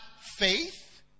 faith